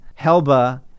Helba